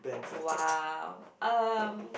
!wow! um